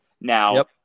Now